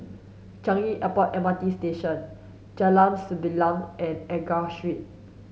Changi Airport M R T Station Jalan Sembilang and Enggor Street